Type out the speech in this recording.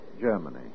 Germany